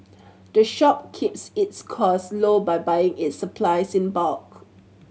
the shop keeps its cost low by buying its supplies in bulk